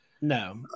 no